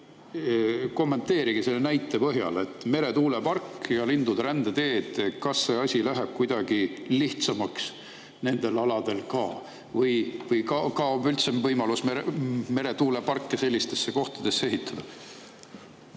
Kommenteerige selle näite põhjal: meretuulepark ja lindude rändeteed. Kas see asi läheb kuidagi lihtsamaks nendel aladel ka või kaob üldse võimalus meretuuleparke sellistesse kohtadesse ehitada?